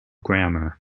grammar